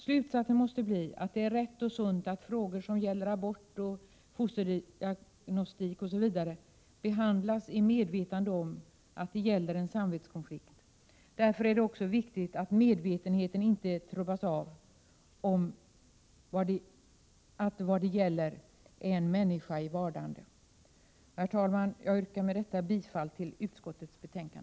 Slutsatsen måste bli att det är rätt och sunt att frågor som gäller abort, fosterdiagnostik osv. behandlas i medvetande om att det gäller en samvetskonflikt. Därför är det också viktigt att medvetenheten inte trubbas av om att vad det gäller är en människa i vardande. Herr talman! Jag yrkar med detta bifall till utskottets hemställan.